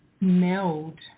meld